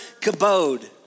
kabod